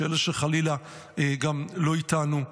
של אלה שחלילה גם לא איתנו,